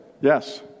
Yes